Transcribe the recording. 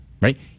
right